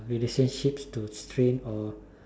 relationships to strain or